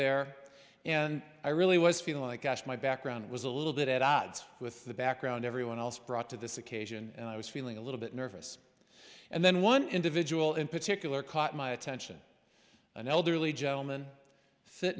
there and i really was feeling like i asked my background was a little bit at odds with the background everyone else brought to this occasion and i was feeling a little bit nervous and then one individual in particular caught my attention an elderly gentleman fit